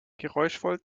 geräuschvoll